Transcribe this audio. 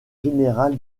général